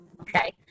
okay